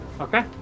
okay